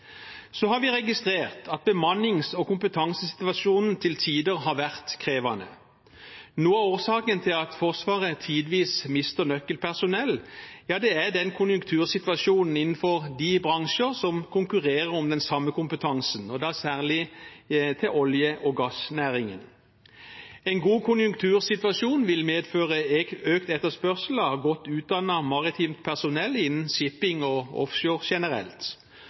Vi har registrert at bemannings- og kompetansesituasjonen til tider har vært krevende. Noe av årsaken til at Forsvaret tidvis mister nøkkelpersonell, er konjunktursituasjonen innenfor de bransjene som konkurrerer om den samme kompetansen, da særlig olje- og gassnæringen. En god konjunktursituasjon vil medføre økt etterspørsel etter godt utdannet maritimt personell innen shipping og offshore generelt.